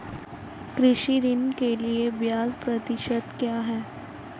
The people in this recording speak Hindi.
कृषि ऋण के लिए ब्याज प्रतिशत क्या है?